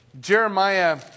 jeremiah